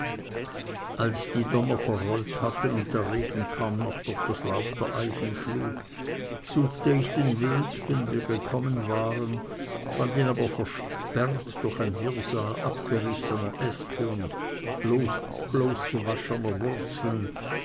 als die donner verrollt hatten und der regen kaum noch durch das laub der eichen schlug suchte ich den weg den wir hergekommen waren fand ihn aber versperrt durch ein wirrsal abgerissener äste und bloßgewaschener wurzeln